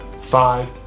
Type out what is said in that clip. Five